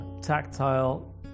tactile